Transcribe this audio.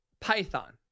python